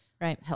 Right